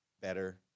better